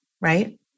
right